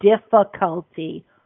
difficulty